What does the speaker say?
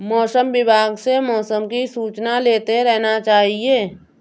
मौसम विभाग से मौसम की सूचना लेते रहना चाहिये?